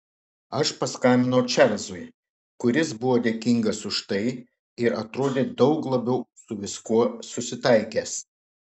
aš paskambinau čarlzui kuris buvo dėkingas už tai ir atrodė daug labiau su viskuo susitaikęs